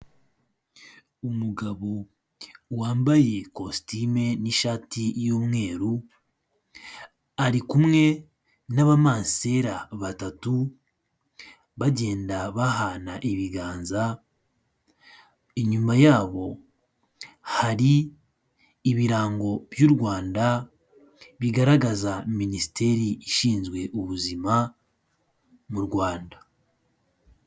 Umugabo wambaye kositime n'ishati y'umweru ari kumwe n'abamansera batatu bagenda bahana ibiganza inyuma yabo hari ibirango by'u Rwanda bigaragaza minisiteri ishinzwe ubuzima mu Rwanda.